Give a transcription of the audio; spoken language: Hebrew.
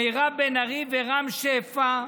מירב בן ארי ורם שפע,